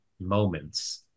moments